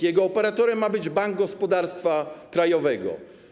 Jego operatorem ma być Bank Gospodarstwa Krajowego.